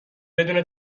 بدون